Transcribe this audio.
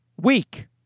week